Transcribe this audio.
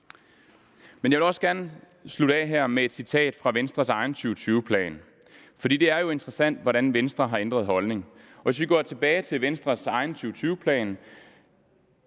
Men jeg vil også gerne slutte af her med et citat fra Venstres egen 2020-plan, for det er jo interessant, hvordan Venstre har ændret holdning. Hvis vi går tilbage til Venstres egen 2020-plan,